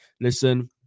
listen